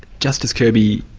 justice kirby,